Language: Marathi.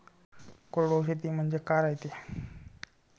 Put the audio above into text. कोरडवाहू शेती म्हनजे का रायते?